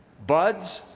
buds,